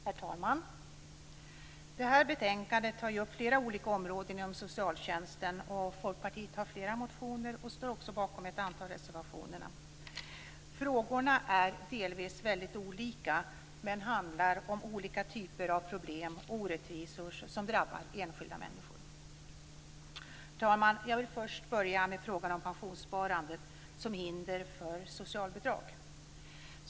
Herr talman! Detta betänkande tar upp flera olika områden inom socialtjänsten. Folkpartiet har flera motioner och står också bakom ett antal reservationer. Frågorna är delvis väldigt olika men handlar om olika typer av problem och orättvisor som drabbar enskilda människor. Herr talman! Jag vill börja med frågan om pensionssparandet som hinder för socialbidrag.